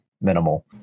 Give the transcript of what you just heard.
minimal